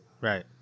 right